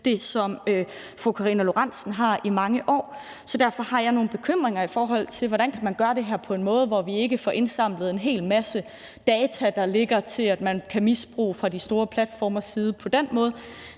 det, som fru Karina Lorentzen Dehnhardt har i mange år, så derfor har jeg nogle bekymringer, i forhold til hvordan man kan gøre det her på en måde, hvor vi ikke får indsamlet en hel masse data, der ligger, og som man på den måde kan misbruge fra de store platformes side. Det er